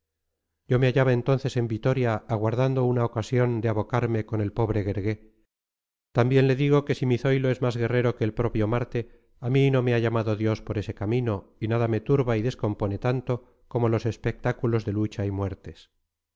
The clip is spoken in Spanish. yo me hallaba entonces en vitoria aguardando una ocasión de abocarme con el pobre guergué también le digo que si mi zoilo es más guerrero que el propio marte a mí no me ha llamado dios por ese camino y nada me turba y descompone tanto como los espectáculos de lucha y muertes